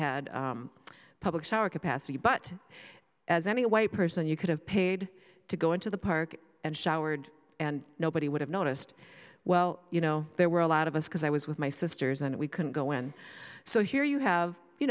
had public shower capacity but as any white person you could have paid to go into the park and showered and nobody would have noticed well you know there were a lot of us because i was with my sisters and we couldn't go in so here you have you